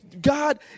God